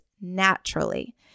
naturally